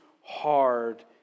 Hard